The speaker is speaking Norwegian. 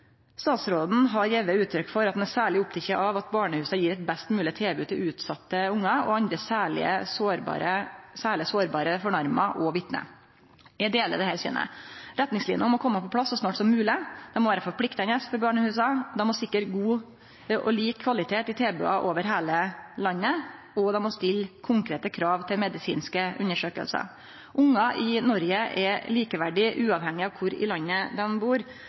Statsråden har gjeve uttrykk for at han er særleg oppteken av at barnehusa gjev eit best mogleg tilbod til utsette ungar og andre særleg sårbare fornærma og vitne. Eg deler dette synet. Retningsliner må kome på plass så snart som mogleg. Dei må vere forpliktande for barnehusa. Dei må sikre god og lik kvalitet i tilboda over heile landet, og dei må stille konkrete krav til medisinske undersøkingar. Ungar i Noreg er likeverdige, uavhengig av kvar i landet dei bur.